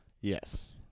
Yes